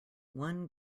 one